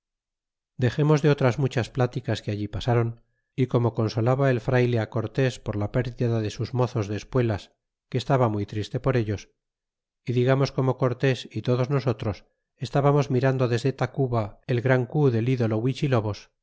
dexemos de otras muchas pláticas que allí pasáron y como consolaba el frayle á cortés por la pérdida de sus mozos de espuelas que estaba muy triste por ellos y digamos como cortés y todos nosotros estábamos mirando desde tacuba el gran cu del ídolo